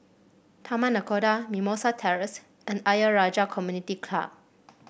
Taman Nakhoda Mimosa Terrace and Ayer Rajah Community Club